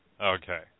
Okay